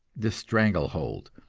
the strangle hold,